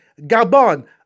Gabon